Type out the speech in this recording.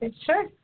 Sure